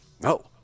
No